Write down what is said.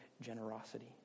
generosity